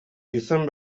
izen